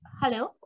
hello